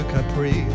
Capri